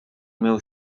mył